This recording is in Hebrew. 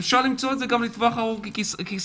אפשר גם למצוא לטווח ארוך בחסכון,